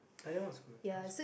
like that one was good that was good